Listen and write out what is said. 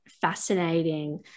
fascinating